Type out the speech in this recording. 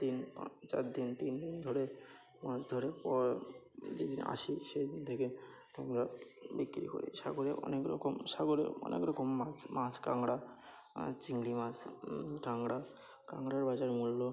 তিন চার দিন তিন দিন ধরে মাছ ধরে যে দিন আসি সেই দিন থেকে আমরা বিক্রি করি সাগরে অনেক রকম সাগরে অনেক রকম মাছ মাছ কাঁকড়া চিংড়ি মাছ কাঁকড়া কাঁকড়ার বাজারমূল্য